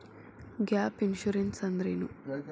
Gap insurance ಅಂದ್ರೇನು?